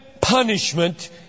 punishment